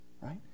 Right